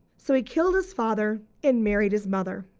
so he killed his father and married his mother.